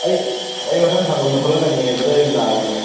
ꯑꯩ ꯑꯩ ꯃꯊꯪ ꯊꯥꯒꯨꯝꯕ ꯊꯣꯛꯂꯛꯀꯅꯤꯌꯦ ꯑꯗꯨꯗ ꯑꯣꯏ ꯂꯥꯛꯑꯒꯦ